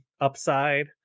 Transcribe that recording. upside